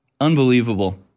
Unbelievable